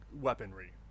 weaponry